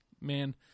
Man